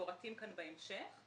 שמפורטים כאן בהמשך,